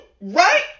right